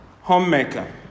homemaker